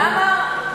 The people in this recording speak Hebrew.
למה?